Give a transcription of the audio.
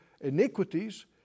iniquities